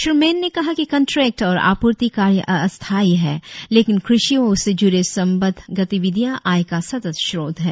श्री मेन ने कहा कि कंट्रेक्ट और आपूर्ति कार्य अस्थायी है लेकिन कृषि व उससे जुड़े संबंद्ध गतिविधियां आय का सतत स्रोत है